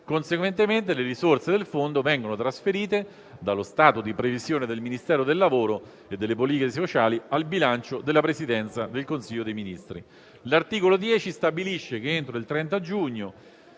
Conseguentemente, le risorse del fondo vengono trasferite dallo stato di previsione del Ministero del lavoro e delle politiche sociali al bilancio della Presidenza del Consiglio dei ministri.